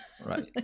Right